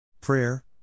Prayer